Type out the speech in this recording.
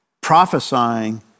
prophesying